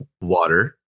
water